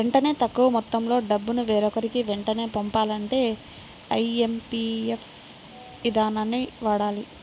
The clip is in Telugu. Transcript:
వెంటనే తక్కువ మొత్తంలో డబ్బును వేరొకరికి వెంటనే పంపాలంటే ఐఎమ్పీఎస్ ఇదానాన్ని వాడాలి